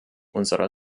unserer